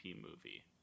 movie